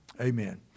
Amen